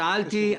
שאלתי.